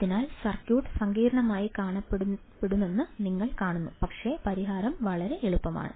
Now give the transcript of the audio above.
അതിനാൽ സർക്യൂട്ട് സങ്കീർണ്ണമായി കാണപ്പെടുമെന്ന് നിങ്ങൾ കാണുന്നു പക്ഷേ പരിഹാരം വളരെ എളുപ്പമാണ്